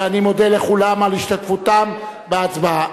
ואני מודה לכולם על השתתפותם בהצבעה.